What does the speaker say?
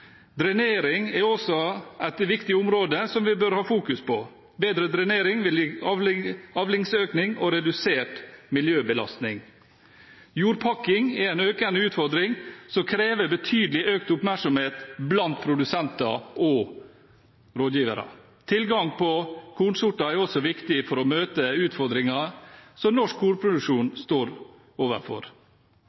Drenering er også et viktig område som vi bør ha fokus på. Bedre drenering vil gi avlingsøkning og redusert miljøbelastning. Jordpakking er en økende utfordring som krever betydelig økt oppmerksomhet blant produsenter og rådgivere. Tilgang på kornsorter er også viktig for å møte utfordringene som norsk kornproduksjon står overfor.